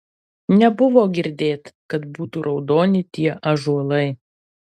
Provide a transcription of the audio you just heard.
nebuvo girdėt kad būtų raudoni tie ąžuolai